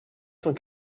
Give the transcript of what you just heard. cent